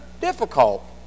difficult